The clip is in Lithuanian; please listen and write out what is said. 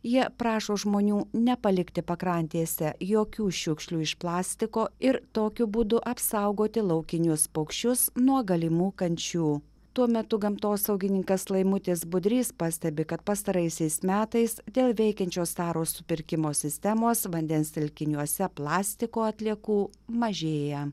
jie prašo žmonių nepalikti pakrantėse jokių šiukšlių iš plastiko ir tokiu būdu apsaugoti laukinius paukščius nuo galimų kančių tuo metu gamtosaugininkas laimutis budrys pastebi kad pastaraisiais metais dėl veikiančios taros supirkimo sistemos vandens telkiniuose plastiko atliekų mažėja